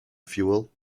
fuel